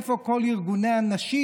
איפה כל ארגוני הנשים?